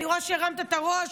אני רואה שהרמת את הראש,